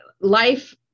life